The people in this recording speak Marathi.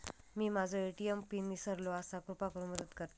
मी माझो ए.टी.एम पिन इसरलो आसा कृपा करुन मदत करताल